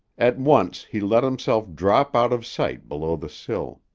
at once he let himself drop out of sight below the sill.